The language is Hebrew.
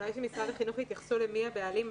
אולי שאנשי משרד החינוך יתייחסו לשאלה מי הבעלים,